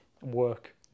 work